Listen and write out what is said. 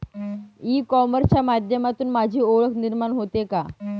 E कॉमर्सच्या माध्यमातून माझी ओळख निर्माण होते का?